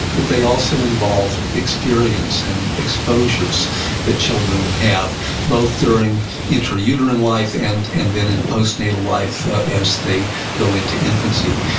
that they also involve experience and exposures that children have both during intrauterine life and and then in postnatal life as they go into infancy.